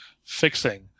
fixing